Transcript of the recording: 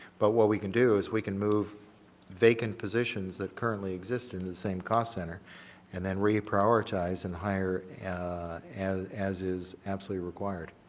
but what we can do is we can move vacant positions that currently exist in the same call center and then reprioritize in the higher as as is absolutely required.